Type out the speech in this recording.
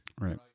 Right